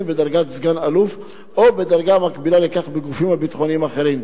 בדרגת סגן-אלוף או בדרגה המקבילה לכך בגופים הביטחוניים האחרים,